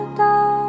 down